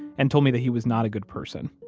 and told me that he was not a good person